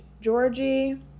Georgie